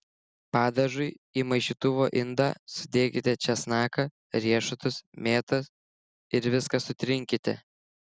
padažui į maišytuvo indą sudėkite česnaką riešutus mėtas ir viską sutrinkite